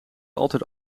altijd